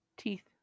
teeth